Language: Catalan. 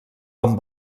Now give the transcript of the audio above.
amb